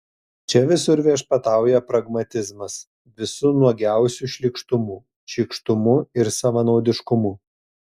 čia visur viešpatauja pragmatizmas visu nuogiausiu šlykštumu šykštumu ir savanaudiškumu